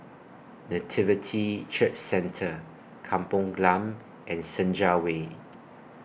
Nativity Church Centre Kampong Glam and Senja Way